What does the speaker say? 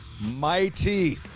Mighty